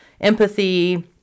empathy